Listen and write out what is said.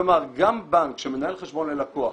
כלומר גם בנק שמנהל חשבון ללקוח,